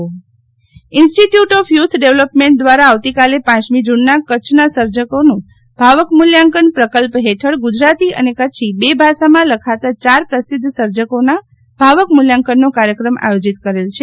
Sheetal Vaishnav institute of youth development દ્વારા આવતીકાલે પ મી જુનનાં કરછના સર્જનોનું ભાવક મુલ્યાંકન પ્રકલ્પ ફેઠળ ગુજરાતી અને કરછી બે ભાષામાં લખતા ચાર પ્રસિદ્ધ સર્જકોનાં ભાવક મૂલ્યાંકન નો કાર્યક્રમ આયોજિત કરેલ છે